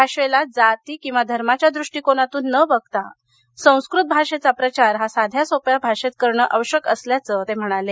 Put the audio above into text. भाषेला जाती किंवा धर्माच्या दृष्टिकोनातून न बघता संस्कृत भाषेचा प्रचार हा साध्या सोप्या भाषेत करणं आवश्यक असल्याचं ते म्हणाले